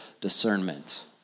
discernment